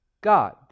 God